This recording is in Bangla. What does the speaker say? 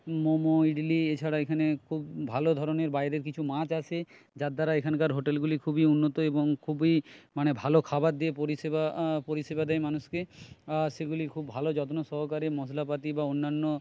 মোমো ইডলি এছাড়া এখানে খুব ভালো ধরনের বাইরের কিছু মাছ আসে যার দ্বারা এখানকার হোটেলগুলি খুবই উন্নত এবং খুবই মানে ভালো খাবার দিয়ে পরিষেবা পরিষেবা দেয় মানুষকে সেগুলি খুব ভালো যত্ন সহকারে মশলাপাতি বা অন্যান্য